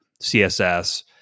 CSS